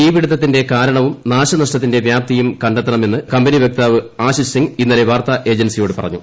തീപിടുത്തിന്റെ കാരണവും നാശനഷ്ടത്തിന്റെ വ്യാപ്തിയും കണ്ടെത്തണമെന്ന് കമ്പനി വക്താവ് ആശിഷ് സിംഗ് ഇന്നലെ വാർത്താ ഏജൻസിയോട് പറഞ്ഞു